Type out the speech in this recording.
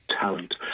talent